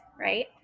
right